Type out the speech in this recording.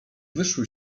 wyszły